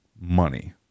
money